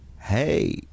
Hey